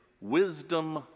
wisdom